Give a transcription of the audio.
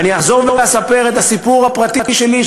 ואני אחזור ואספר את הסיפור הפרטי שלי,